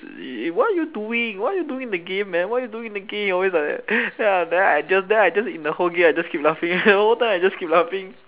eh what you all doing what you all doing in the game man what you doing in the game always like that then I then I just in the whole game I just keep laughing the whole time I just keep laughing